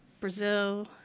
Brazil